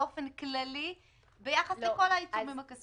נוותר, כמו שעשינו עם מס הכנסה.